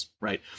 right